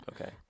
Okay